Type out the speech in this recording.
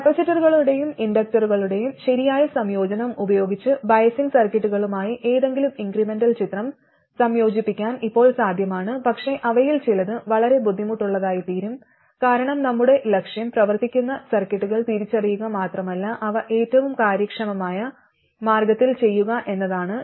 കപ്പാസിറ്ററുകളുടെയും ഇൻഡക്റ്ററുകളുടെയും ശരിയായ സംയോജനം ഉപയോഗിച്ച് ബയാസിംഗ് സർക്യൂട്ടുകളുമായി ഏതെങ്കിലും ഇൻക്രെമെന്റൽ ചിത്രം സംയോജിപ്പിക്കാൻ ഇപ്പോൾ സാധ്യമാണ് പക്ഷേ അവയിൽ ചിലത് വളരെ ബുദ്ധിമുട്ടുള്ളതായിത്തീരും കാരണം നമ്മുടെ ലക്ഷ്യം പ്രവർത്തിക്കുന്ന സർക്യൂട്ടുകൾ തിരിച്ചറിയുക മാത്രമല്ല അവ ഏറ്റവും കാര്യക്ഷമമായ മാർഗത്തിൽ ചെയ്യുക എന്നതാണ്